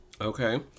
Okay